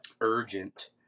urgent